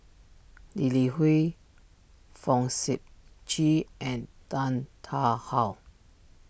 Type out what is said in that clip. Lee Li Hui Fong Sip Chee and Tan Tarn How